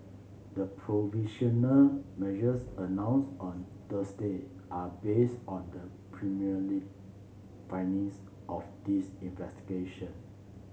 the provisional measures announced on Thursday are based on the preliminary findings of this investigation